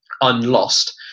unlost